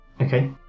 Okay